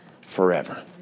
forever